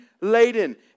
laden